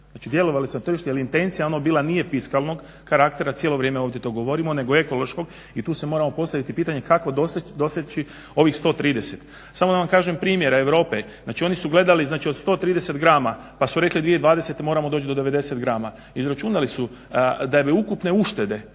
znači djelovale su na tržište, jer je intencija ono bila nije fiskalnog karaktera, cijelo vrijeme ovdje to govorimo, nego ekološkog, i tu se moramo postaviti pitanje kako doseći ovih 130. Samo da vam kažem primjer Europe, znači oni su gledali znači od 130 grama pa su rekli 2020. moramo doći do 90 grama, izračunali su da bi ukupne uštede